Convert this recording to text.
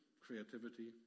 Creativity